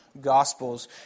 gospels